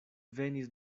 venis